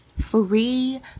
free